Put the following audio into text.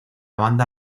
banda